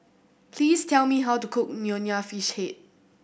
please tell me how to cook Nonya Fish Head